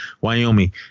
Wyoming